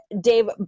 Dave